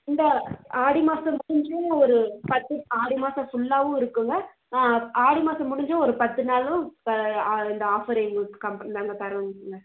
இந்த ஆடி மாதம் முடிஞ்சு ஓரு பத்து ஆடி மாதம் ஃபுல்லாகவும் இருக்குங்க ஆடி மாதம் முடிஞ்சும் ஒரு பத்து நாளும் இப்போ அந்த ஆஃபர் எங்களுக்கு காமிக் நாங்கள் தரோங்க